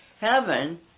heaven